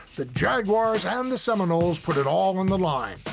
the jaguars and the seminoles put it all on the line.